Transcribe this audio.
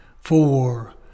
four